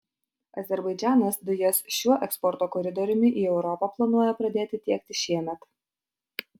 azerbaidžanas dujas šiuo eksporto koridoriumi į europą planuoja pradėti tiekti šiemet